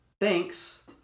thanks